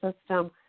system